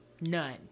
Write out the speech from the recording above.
None